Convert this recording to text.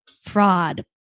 fraud